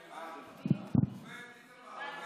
הוא בוועדה,